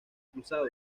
expulsado